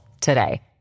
today